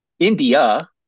India